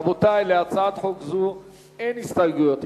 רבותי, להצעת חוק זו אין הסתייגויות.